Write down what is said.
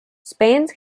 spans